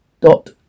dot